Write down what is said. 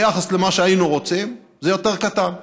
שביחס למה שהיינו רוצים זה יותר קטן.